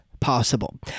possible